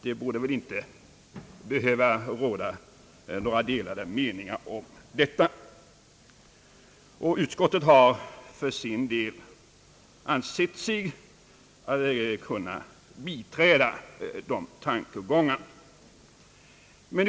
Det borde inte behöva råda några delade meningar om detta. Utskottet har för sin del ansett sig kunna biträda departementschefens tankegångar.